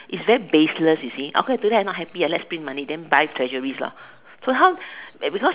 is very baseless you see up to today I'm not happy I like sprint money then buy treasuries lah so how they because